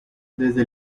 desde